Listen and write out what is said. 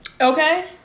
okay